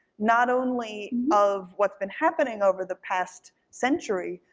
not only of what's been happening over the past century,